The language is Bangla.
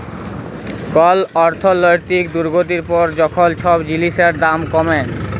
কল অর্থলৈতিক দুর্গতির পর যখল ছব জিলিসের দাম কমে